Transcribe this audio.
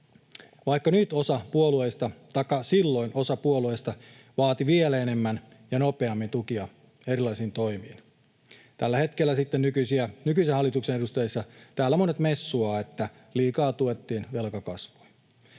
poliittinen linja, vaikka silloin osa puolueista vaati vielä enemmän ja nopeammin tukia erilaisiin toimiin. Tällä hetkellä monet nykyisen hallituksen edustajat täällä messuavat, että liikaa tuettiin, velka kasvoi.